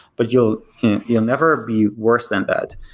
but you'll you'll never be worse than that.